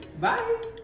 Bye